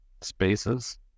spaces